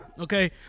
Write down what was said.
Okay